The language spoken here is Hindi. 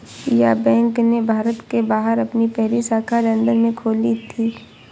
यस बैंक ने भारत के बाहर अपनी पहली शाखा लंदन में खोली थी